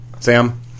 Sam